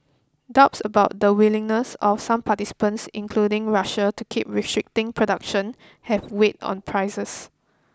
doubts about the willingness of some participants including Russia to keep restricting production have weighed on prices